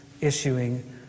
issuing